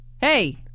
hey